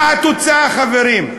מה התוצאה, חברים?